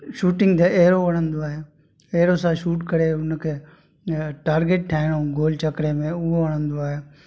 shooting त अहिड़ो वणंदो आहे अहिड़ो सां शूट करे हुनखे टार्गेट ठाहिणो गोल चकिरे में उहो वणंदो आहे